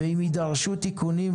אם יידרשו תיקונים,